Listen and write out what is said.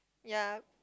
ya